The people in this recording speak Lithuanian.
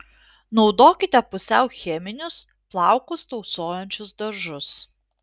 naudokite pusiau cheminius plaukus tausojančius dažus